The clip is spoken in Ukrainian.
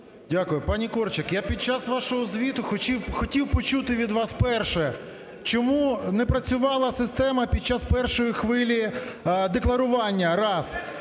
Дякую. Пані Корчик, я під час вашого звіту хотів почути від вас, перше, чому не працювала система під час першої хвилі декларування? Раз.